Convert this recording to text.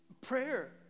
prayer